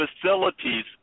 facilities